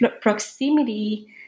proximity